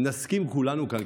נסכים כולנו כאן,